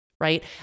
right